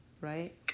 Right